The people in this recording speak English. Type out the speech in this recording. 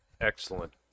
Excellent